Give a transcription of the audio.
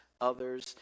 others